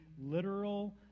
literal